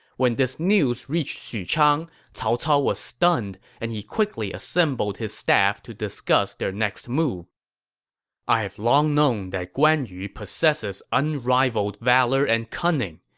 when this news reached xuchang, cao cao was stunned and quickly assembled his staff to discuss their next move i have long known that guan yu possesses unrivaled valor and cunning,